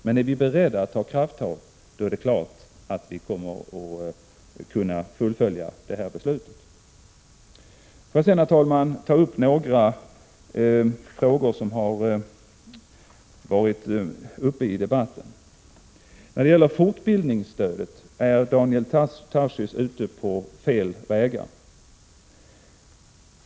Men är vi beredda att ta krafttag, då är det klart att vi kan att fullfölja beslutet. Får jag sedan, herr talman, beröra några frågor som har tagits upp i debatten. När det gäller fortbildningsstödet är Daniel Tarschys ute på fel vägar.